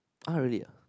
uh really ah